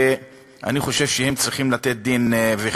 ואני חושב שהם צריכים לתת דין-וחשבון.